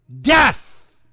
Death